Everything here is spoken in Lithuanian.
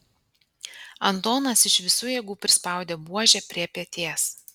antonas iš visų jėgų prispaudė buožę prie peties